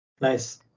nice